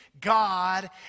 God